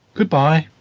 goodbye,